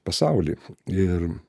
pasaulį ir